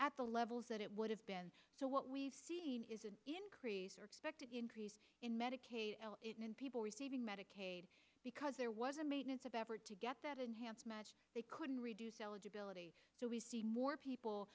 at the levels that it would have been so what we've seen is an increase or expected increase in medicaid and people receiving medicaid because there was a maintenance of effort to get that enhanced match they couldn't reduce eligibility so we see more people